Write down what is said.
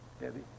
Debbie